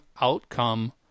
outcome